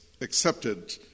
accepted